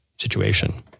situation